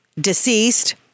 Deceased